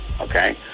okay